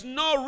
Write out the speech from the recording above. no